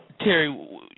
Terry